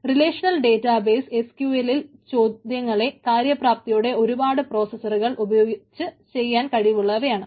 relational database SQL ൽ ചോദ്യങ്ങളെ കാര്യപ്രാപ്തിയോടെ ഒരുപാട് പ്രോസസറുകൾ ഉപയോഗിച്ച് ചെയ്യാൻ കഴിവുള്ളവയാണ്